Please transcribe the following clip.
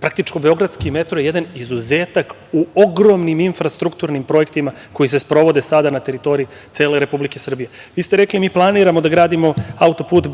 praktično beogradski metro je jedan izuzetak u ogromnim infrastrukturnim projektima koji se sprovode sada na teritoriji Republike Srbije. Vi ste rekli, mi planiramo da gradimo autoput